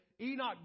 Enoch